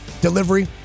delivery